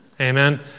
Amen